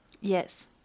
yes